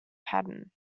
pattern